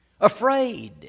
Afraid